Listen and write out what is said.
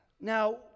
Now